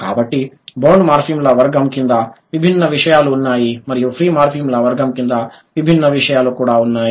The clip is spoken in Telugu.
కాబట్టి బౌండ్ మార్ఫిమ్ల వర్గం కింద విభిన్న విషయాలు ఉన్నాయి మరియు ఫ్రీ మార్ఫిమ్ల వర్గం కింద విభిన్న విషయాలు కూడా ఉన్నాయి